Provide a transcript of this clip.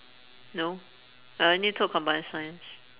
no I only took combined science